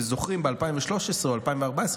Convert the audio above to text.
אתם זוכרים שב-2013 או 2014,